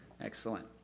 Excellent